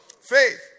Faith